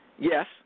Yes